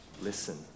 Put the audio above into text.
listen